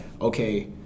okay